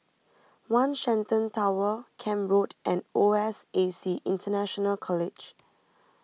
one Shenton Tower Camp Road and O S A C International College